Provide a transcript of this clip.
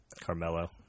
Carmelo